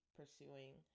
pursuing